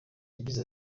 yagize